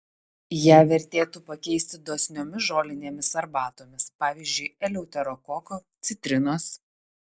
ją vertėtų pakeisti dosniomis žolinėmis arbatomis pavyzdžiui eleuterokoko citrinos